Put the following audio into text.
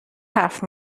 حرف